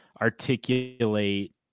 articulate